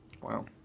Wow